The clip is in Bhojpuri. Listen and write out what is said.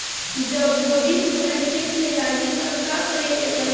जब बोडिन हमारा खेत मे लागी तब का करे परी?